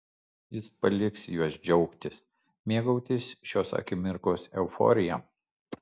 jis paliks juos džiaugtis mėgautis šios akimirkos euforija